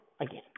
again